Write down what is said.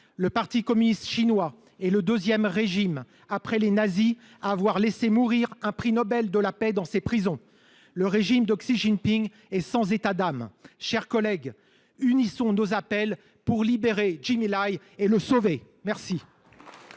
le parti communiste chinois est devenu le deuxième régime, après celui des nazis, à avoir laissé mourir un prix Nobel de la paix dans ses prisons. Le régime de Xi Jinping est sans états d’âme. Mes chers collègues, unissons nos appels pour libérer Jimmy Lai et le sauver !